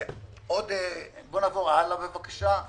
בואו נעבור הלאה בבקשה.